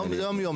יום-יום.